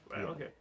Okay